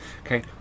okay